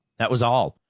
that was all,